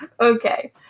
Okay